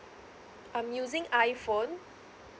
I'm using iphone